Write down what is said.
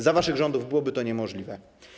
Za waszych rządów byłoby to niemożliwe.